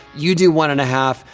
you do one and a half.